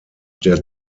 der